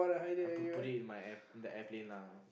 I put put it in my the airplane lah